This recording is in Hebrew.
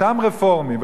אותם רפורמים,